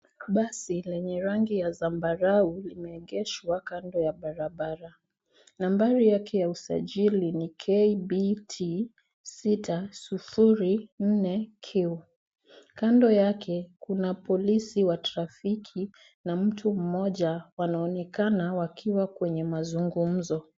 Basi lenye rangi ya zambarau limeegeshwa kando ya barabara. Nambari yake ya usajili ni KBT sita sufuri nne Q.Kando yake kuna polisi a trafiki na mtu mmoja wanaonekana wakiwa kwenye mazungumzo.